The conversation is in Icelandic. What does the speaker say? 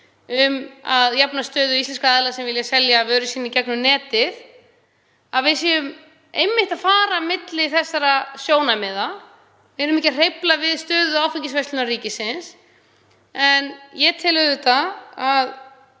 um að jafna stöðu íslenskra aðila sem vilja selja vöru sína í gegnum netið, séum við einmitt að fara á milli þessara sjónarmiða. Við erum ekki að hrófla við stöðu áfengisverslunar ríkisins en ég tel að sama